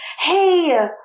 hey